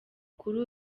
kuri